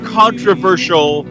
controversial